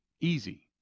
Easy